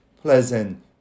pleasant